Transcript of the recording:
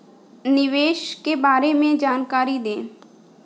निवेश के बारे में जानकारी दें?